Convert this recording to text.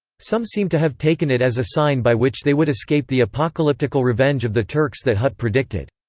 some seem to have taken it as a sign by which they would escape the apocalyptical revenge of the turks that hut predicted.